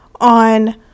on